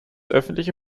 öffentliche